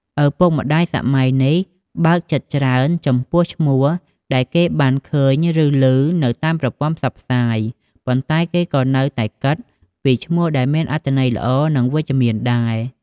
ឪពុកម្ដាយសម័យឥឡូវនេះ បើកចិត្តច្រើនចំពោះឈ្មោះដែលគេបានឃើញ ឬ ឮនៅតាមប្រព័ន្ធផ្សព្វផ្សាយ ប៉ុន្តែគេក៏នៅតែគិតពីឈ្មោះដែលមានអត្ថន័យល្អ និងវិជ្ជមានដែរ។